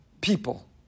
people